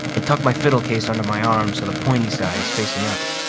and tuck my fiddle case under my arm so the pointy side is facing up.